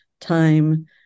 time